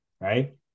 right